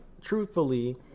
truthfully